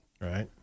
Right